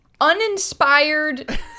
uninspired